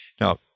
Now